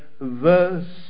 Verse